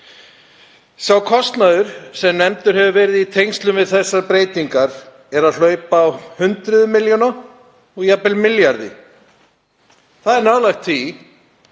Sá kostnaður sem nefndur hefur verið í tengslum við þessar breytingar hleypur á hundruðum milljóna og jafnvel milljarði. Það er nálægt því